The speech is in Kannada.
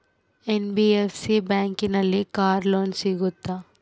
ಎನ್.ಬಿ.ಎಫ್.ಸಿ ಬ್ಯಾಂಕಿನಲ್ಲಿ ಕಾರ್ ಲೋನ್ ಸಿಗುತ್ತಾ?